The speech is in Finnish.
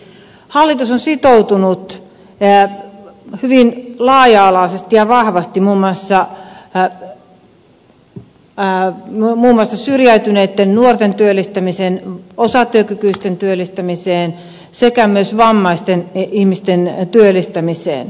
hallitus on sitoutunut hyvin laaja alaisesti ja vahvasti muun muassa syrjäytyneitten nuorten osatyökykyisten sekä myös vammaisten ihmisten työllistämiseen